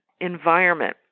environment